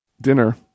Dinner